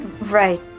Right